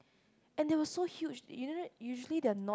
and they were so huge usua~ usually they are not